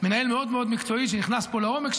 מנהל מאוד מאוד מקצועי, שנכנס פה לעומק.